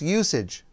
usage